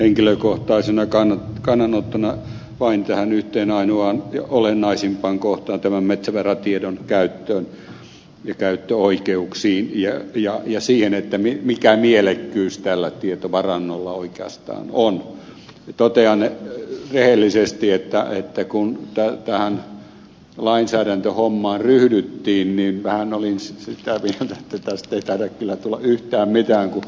jälleen henkilökohtaisena kannanottona vain tähän yhteen ainoaan olennaisimpaan kohtaan metsävaratiedon käyttöön ja käyttöoikeuksiin ja siihen mikä mielekkyys tällä tietovarannolla oikeastaan on totean rehellisesti että kun tähän lainsäädäntöhommaan ryhdyttiin vähän olin sitä mieltä että tästä ei taida kyllä tulla yhtään mitään